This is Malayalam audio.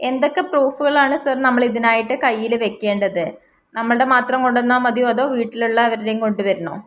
എന്തൊക്കെ പ്രൂഫുകളാണ് സാർ നമ്മൾ ഇതിനായിട്ട് കയ്യിൽ വയ്ക്കേണ്ടത് നമ്മളുടെ മാത്രം കൊണ്ടുവന്നാൽ മതിയോ അതോ വീട്ടിലുള്ളവരുടേയും കൊണ്ടുവരണോ